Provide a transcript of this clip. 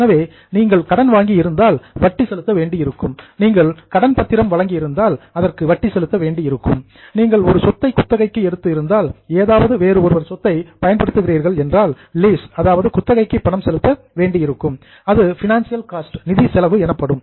எனவே நீங்கள் கடன் வாங்கியிருந்தால் இன்ட்ரஸ்ட் வட்டி செலுத்த வேண்டியிருக்கும் நீங்கள் டிபஞ்சர் கடன் பத்திரம் வழங்கி இருந்தால் அதற்கு வட்டி செலுத்த வேண்டியிருக்கும் நீங்கள் ஒரு சொத்தை குத்தகைக்கு எடுத்து இருந்தால் ஏதாவது வேறு ஒருவர் சொத்தை பயன்படுத்துகிறீர்கள் என்றால் லீஸ் குத்தகைக்கு பணம் செலுத்த வேண்டியிருக்கும் அது பினான்சியல் காஸ்ட் நிதி செலவு எனப்படும்